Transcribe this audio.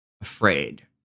afraid